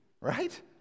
right